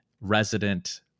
resident